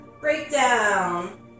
Breakdown